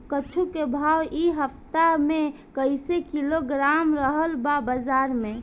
कद्दू के भाव इ हफ्ता मे कइसे किलोग्राम रहल ह बाज़ार मे?